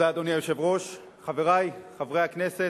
אדוני היושב-ראש, תודה, חברי חברי הכנסת,